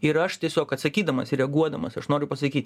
ir aš tiesiog atsakydamas ir reaguodamas aš noriu pasakyt